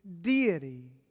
deity